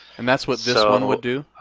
and that's what this one would do?